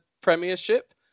Premiership